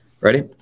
Ready